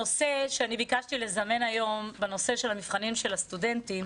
אני ביקשתי לזמן היום דיון בנושא מבחני הסטודנטים.